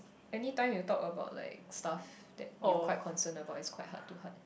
anytime you talk about like stuff that you quite concerned about is quite heart to heart